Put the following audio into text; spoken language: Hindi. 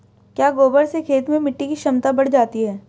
क्या गोबर से खेत में मिटी की क्षमता बढ़ जाती है?